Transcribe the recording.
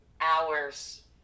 hours